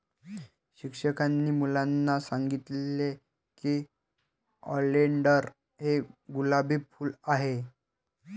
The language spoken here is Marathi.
शिक्षकांनी मुलांना सांगितले की ऑलिंडर हे गुलाबी फूल आहे